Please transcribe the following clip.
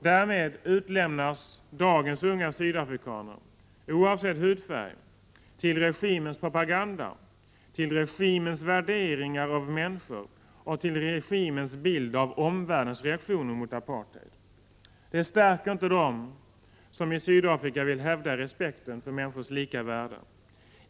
Därmed utlämnas dagens unga sydafrikaner — oavsett hudfärg — till regimens propaganda, till regimens värderingar av människor och till regimens bild av omvärldens reaktioner mot apartheid. Detta stärker inte dem som i Sydafrika vill hävda respekten för människors lika värde.